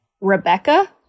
Rebecca